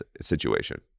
situation